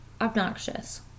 obnoxious